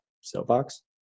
Soapbox